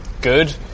good